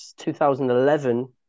2011